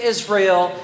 Israel